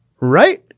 right